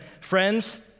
friends